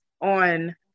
on